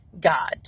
God